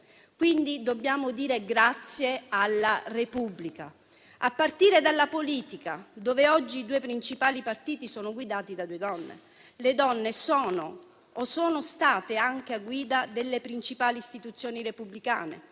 velo. Dobbiamo dire quindi grazie alla Repubblica. A partire dalla politica, nella quale oggi i due principali partiti sono guidati da due donne. Le donne sono o sono state anche a guida delle principali istituzioni repubblicane.